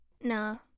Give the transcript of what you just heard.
No